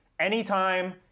Anytime